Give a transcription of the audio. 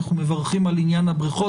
אנחנו מברכים על עניין הבריכות,